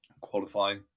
qualifying